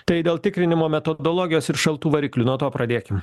tai dėl tikrinimo metodologijos ir šaltų variklių nuo to pradėkim